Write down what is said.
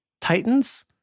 titans